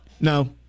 no